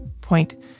Point